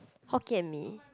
Hokkien-Mee